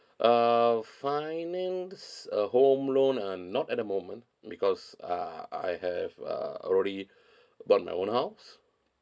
uh finance uh home loan um not at the moment because uh I have uh already bought my own house